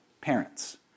Parents